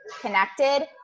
connected